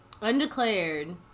Undeclared